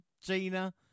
Gina